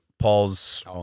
Paul's